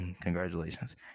congratulations